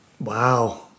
Wow